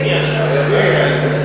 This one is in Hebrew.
אם, ייתנו לי, אני אמשיך.